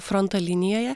fronto linijoje